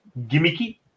gimmicky